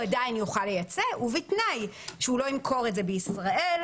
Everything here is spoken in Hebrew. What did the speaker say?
הוא עדיין יוכל לייצא ובתנאי שהוא לא ימכור את זה בישראל,